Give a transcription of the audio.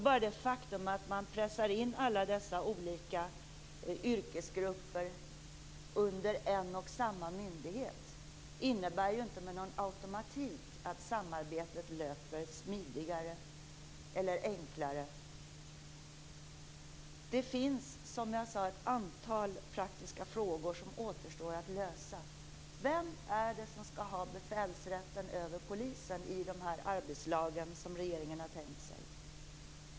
Bara det faktum att man pressar in alla dessa olika yrkesgrupper under en och samma myndighet innebär ju inte med någon automatik att samarbetet löper smidigare eller att det blir enklare. Det finns, som jag sade, ett antal praktiska frågor som återstår att lösa. Vem är det som skall ha befälsrätten över polisen i de arbetslag som regeringen har tänkt sig?